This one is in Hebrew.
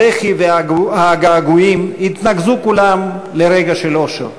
הבכי והגעגועים התנקזו כולם לרגע של אושר.